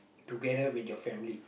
together with your family